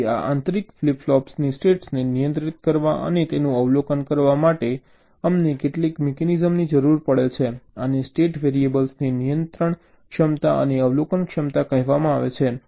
તેથી આ આંતરિક ફ્લિપ ફ્લોપ્સની સ્ટેટ્સને નિયંત્રિત કરવા અને તેનું અવલોકન કરવા માટે અમને કેટલીક મિકેનિઝમની જરૂર છે આને સ્ટેટ વેરિએબલોની નિયંત્રણક્ષમતા અને અવલોકનક્ષમતા કહેવામાં આવે છે